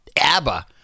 ABBA